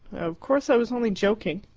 of course i was only joking.